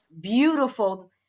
beautiful